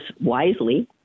wisely